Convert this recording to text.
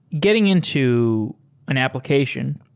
getting into an application,